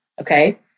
Okay